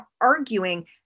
arguing